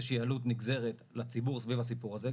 שהיא עלות נגזרת לציבור סביב הסיפור הזה,